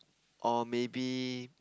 or maybe